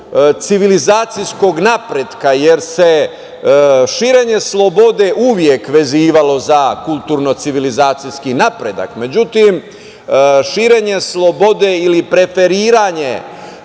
civilizacijskog napretka, jer se širenje slobode uvek vezivalo za kulturno-civilizacijski napredak.Međutim, širenje slobode ili preferiranje